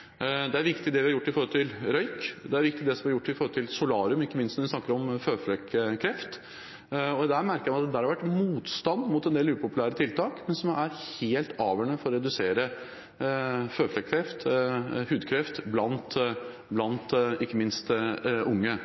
vi har gjort når det gjelder røyk, og det er viktig det som er gjort når det gjelder solarium, ikke minst når vi snakker om føflekkreft. Jeg merker meg at det har vært motstand mot en del upopulære tiltak, men de er helt avgjørende for å redusere føflekkreft og hudkreft, ikke minst blant unge.